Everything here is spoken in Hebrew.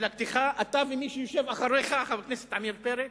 אתה ומי שיושב מאחוריך, חבר הכנסת עמיר פרץ,